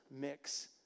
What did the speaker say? mix